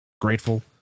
grateful